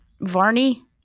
Varney